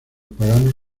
paganos